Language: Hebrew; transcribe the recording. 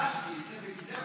והדגשתי את זה,